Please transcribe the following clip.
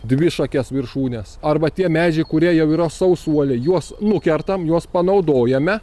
dvišakes viršūnes arba tie medžiai kurie jau yra sausuoliai juos nukertam juos panaudojame